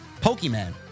Pokemon